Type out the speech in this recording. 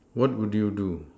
what would you do